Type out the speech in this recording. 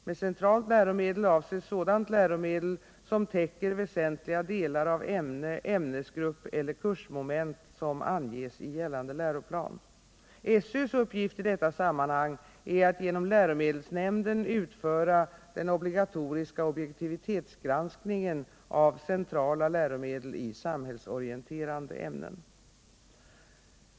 Med centralt läromedel avses sådant läromedel som täcker väsentliga delar av ämne, ämnesgrupp eller kursmoment, som anges i gällande läroplan. SÖ:s uppgift i detta sammanhang är att genom läromedelsnämnden utföra den obligatoriska objektivitetsgranskningen av centrala läromedel i samhällsorienterande ämnen.